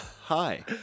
Hi